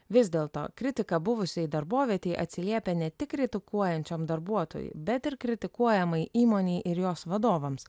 vis dėl to kritika buvusiai darbovietei atsiliepia ne tik kritikuojančiam darbuotojui bet ir kritikuojamai įmonei ir jos vadovams